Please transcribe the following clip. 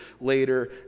later